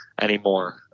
anymore